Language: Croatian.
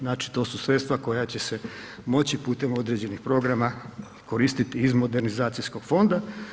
Znači to su sredstva koja će se moći putem određenih programa koristiti iz modernizacijskog fonda.